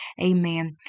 Amen